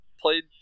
played